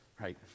right